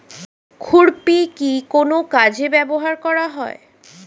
খুরপি কি কোন কাজে ব্যবহার করা হয়?